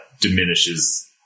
diminishes